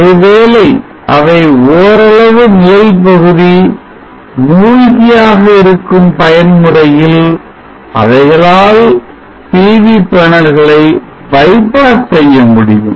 ஒருவேளை அவை ஓரளவு நிழல் பகுதி மூழ்கி ஆக இருக்கும் பயன்முறையில் அவைகளால் PV பேனல்களை bypass செய்ய முடியும்